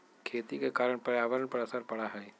खेती के कारण पर्यावरण पर असर पड़ा हई